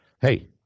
hey